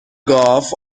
garth